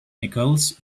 nicalls